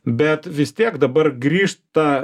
bet vis tiek dabar grįžta